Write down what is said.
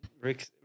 Rick